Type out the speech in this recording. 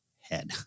head